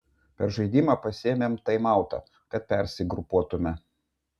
per žaidimą pasiėmėm taimautą kad persigrupuotume